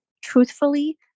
truthfully